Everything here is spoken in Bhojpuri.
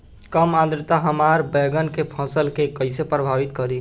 कम आद्रता हमार बैगन के फसल के कइसे प्रभावित करी?